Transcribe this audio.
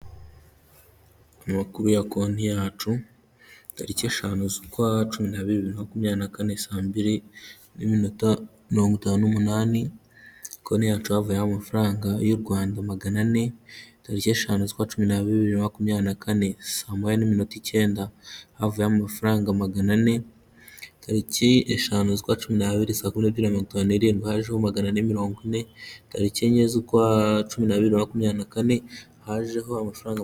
Amakuru ya konti yacu, tariki eshanu z'ukwa cumi na biri, bibiri na makumyabiri na kane saa mbiri n'iminota mirongo itanu n'umunani, konte yacu havuyeho amafaranga y'u rwanda magana ane, tariki eshanu z'ukwa cumi n'abiri bibiri na makumyabiri na kane saa moya n'iminota icyenda, havuyeho amafaranga magana ane, tariki eshanu z'ukwa cumi n'abiri saa kumi n'ebyiri na mirongo itanu n'irinwi, hajeho magana mirongo ine, tariki enye z'ukwa cumi n'abiri bibiri na makumyabiri na kane hajeho amafaranga...